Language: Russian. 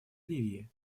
ливии